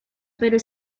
pero